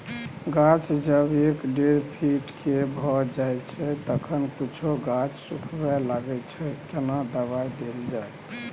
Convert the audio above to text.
गाछ जब एक डेढ फीट के भ जायछै तखन कुछो गाछ सुखबय लागय छै केना दबाय देल जाय?